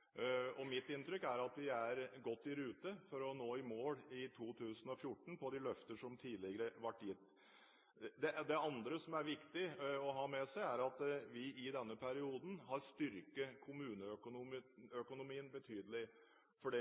gitt. Mitt inntrykk er at vi er godt i rute for å nå i mål i 2014 med de løfter som tidligere ble gitt. Det andre som er viktig å ha med seg, er at vi i denne perioden har styrket kommuneøkonomien betydelig, for